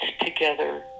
together